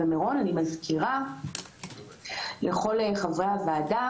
אני מזכירה לכל חברי הוועדה